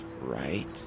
right